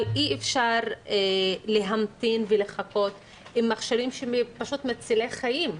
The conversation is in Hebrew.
אבל אי אפשר להמתין ולחכות עם מכשירים שהם פשוט מצילי חיים,